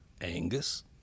Angus